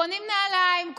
קונים נעליים,